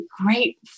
great